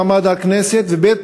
מעמד הכנסת, וב.